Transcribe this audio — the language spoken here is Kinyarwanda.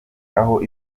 aho